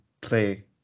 play